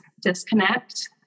disconnect